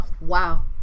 wow